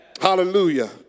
Hallelujah